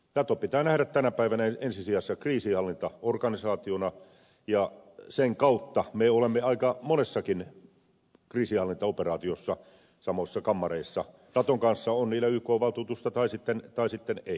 nato pitää nähdä tänä päivänä ensisijaisesti kriisinhallintaorganisaationa ja sen kautta me olemme aika monessakin kriisinhallintaoperaatiossa samoissa kammareissa naton kanssa on niillä sitten ykn valtuutusta tai ei